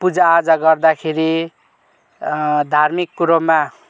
पूजाआजा गर्दाखेरि धार्मिक कुरोमा